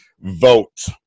Vote